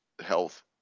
health